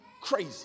crazy